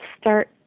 start